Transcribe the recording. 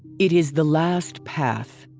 it is the last path.